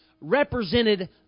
represented